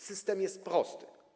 System jest prosty.